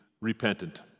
repentant